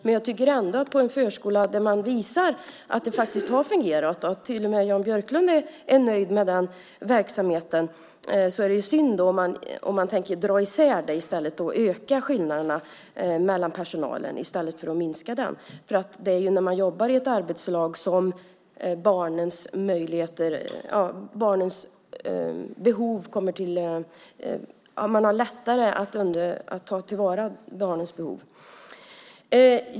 Men jag tycker ändå att i en förskola där man visar att det faktiskt har fungerat - till och med Jan Björklund är nöjd med den verksamheten - är det synd om man så att säga tänker dra isär detta och öka skillnaderna i personalen i stället för att minska dem. Det är när man jobbar i ett arbetslag som man har lättare att tillgodose barnens behov.